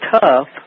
tough